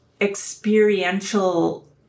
experiential